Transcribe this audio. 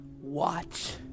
Watch